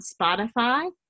Spotify